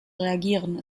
reagieren